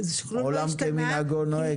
עולם כמנהגו נוהג.